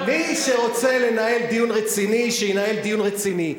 מי שרוצה לנהל דיון רציני, שינהל דיון רציני.